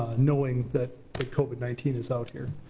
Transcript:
knowing that the covid nineteen is out here.